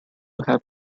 have